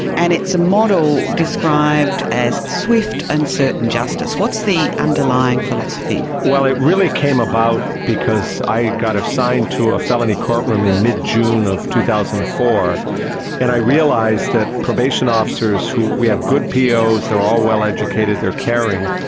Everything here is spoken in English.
and it's a model described as swift and certain justice. what's the underlying philosophy? well, it really came about because i got assigned to a felony courtroom in mid june of two thousand and four and i realised that probation officers who, we have good pos, they are all well-educated, they are caring,